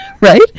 right